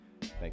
Thank